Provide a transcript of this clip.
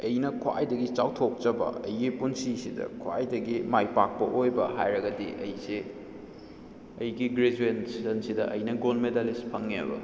ꯑꯩꯅ ꯈ꯭ꯋꯥꯏꯗꯒꯤ ꯆꯥꯎꯊꯣꯛꯆꯕ ꯑꯩꯒꯤ ꯄꯨꯟꯁꯤꯁꯤꯗ ꯈ꯭ꯋꯥꯏꯗꯒꯤ ꯃꯥꯏ ꯄꯥꯛꯄ ꯑꯣꯏꯕ ꯍꯥꯏꯔꯒꯗꯤ ꯑꯩꯁꯦ ꯑꯩꯒꯤ ꯒ꯭ꯔꯦꯖꯨꯑꯦꯁꯟꯁꯤꯗ ꯑꯩꯅ ꯒꯣꯜ ꯃꯦꯗꯥꯂꯤꯁ ꯐꯪꯉꯦꯕ